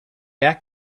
back